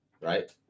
Right